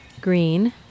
green